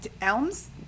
Elms